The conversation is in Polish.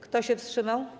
Kto się wstrzymał?